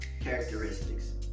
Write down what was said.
characteristics